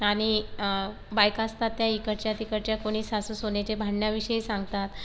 आणि बायका असतात त्या इकडच्या तिकडच्या कोणी सासूसुनेच्या भांडणाविषयी सांगतात